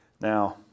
Now